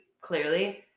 clearly